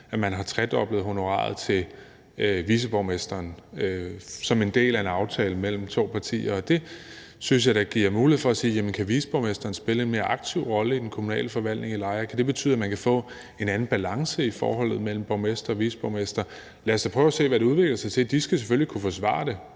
at man har tredoblet honoraret til viceborgmesteren som en del af en aftale mellem to partier. Det synes jeg da giver mulighed for at se, om viceborgmesteren kan spille en mere aktiv rolle i den kommunale forvaltning i Lejre, og om det kan betyde, at man kan få en anden balance i forholdet mellem borgmester og viceborgmester. Lad os da prøve at se, hvad det udvikler sig til. De skal selvfølgelig kunne forsvare over